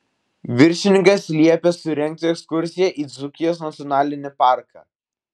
viršininkas liepė surengti ekskursiją į dzūkijos nacionalinį parką